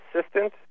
assistant